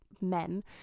men